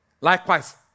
Likewise